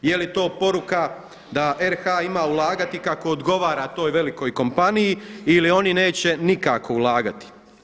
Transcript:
Jeli to poruka da RH ima ulagati kako odgovara toj velikoj kompaniji ili oni neće nikako ulagati?